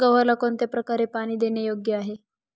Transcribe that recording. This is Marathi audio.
गव्हाला कोणत्या प्रकारे पाणी देणे योग्य आहे?